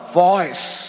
voice